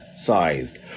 sized